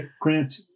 grant